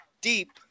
deep